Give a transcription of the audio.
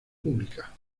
pública